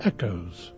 Echoes